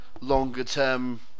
longer-term